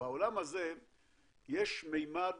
בעולם הזה יש ממד